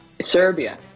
serbia